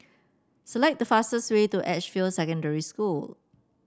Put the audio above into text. select the fastest way to Edgefield Secondary School